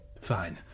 Fine